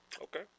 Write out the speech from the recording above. Okay